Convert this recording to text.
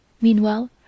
meanwhile